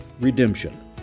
Redemption